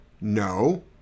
No